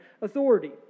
authority